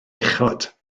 uchod